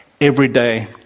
everyday